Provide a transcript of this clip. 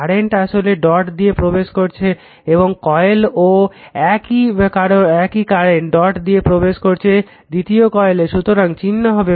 current আসলে dot দিয়ে প্রবেশ করছে প্রথম কয়েলে ও একই কারেন্ট ডট দিয়ে প্রবেশ করছে দ্বিতীয় কয়েলে সুতরাং চিহ্ন হবে